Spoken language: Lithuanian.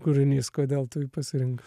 kūrinys kodėl tu jį pasirink